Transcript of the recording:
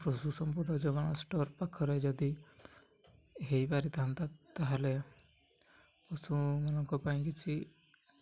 ପଶୁ ସମ୍ପଦ ଯୋଗାଣ ଷ୍ଟୋର୍ ପାଖରେ ଯଦି ହୋଇପାରିଥାନ୍ତା ତା'ହେଲେ ପଶୁମାନଙ୍କ ପାଇଁ କିଛି